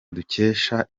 dukesha